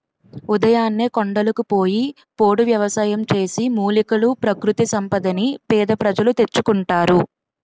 ఉదయాన్నే కొండలకు పోయి పోడు వ్యవసాయం చేసి, మూలికలు, ప్రకృతి సంపదని పేద ప్రజలు తెచ్చుకుంటారు